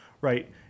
right